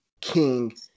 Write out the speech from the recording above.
King